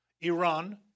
Iran